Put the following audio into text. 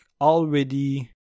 already